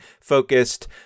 focused